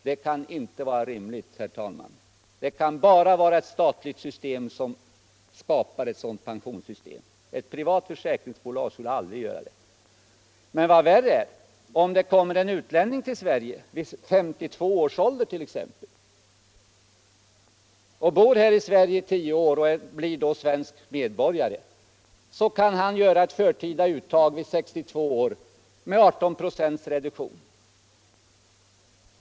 Det kan inte vara rimligt, herr talman. Endast staten kan skapa ett sådant pensionssystem. Ett privatförsäkringsbolag skulle aldrig kunna göra det. En utlänning, som kommer till Sverige t.ex. vid 52 års ålder, bor här i 10 år och blir svensk medborgare, kan göra ett förtida uttag vid 62 års 9” ålder med 18 "+ reduktion.